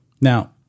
Now